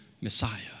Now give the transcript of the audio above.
Messiah